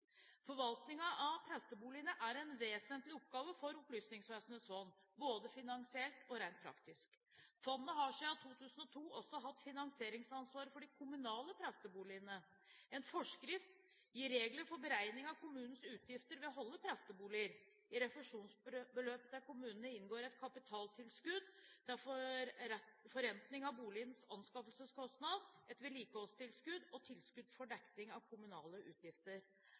vesentlig oppgave for Opplysningsvesenets fond, både finansielt og rent praktisk. Fondet har siden 2002 også hatt finansieringsansvaret for de kommunale presteboligene. En forskrift gir regler for beregning av kommunenes utgifter ved å holde presteboliger. I refusjonsbeløpet til kommunene inngår et kapitaltilskudd til forrentning av boligens anskaffelseskostnad, et vedlikeholdstilskudd og tilskudd til dekning av kommunale utgifter.